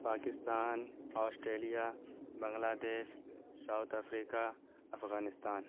Pakistan Australia Bangladesh South Africa Afghanistan